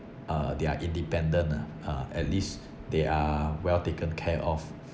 uh they are independent lah uh at least they are well taken care of